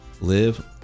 live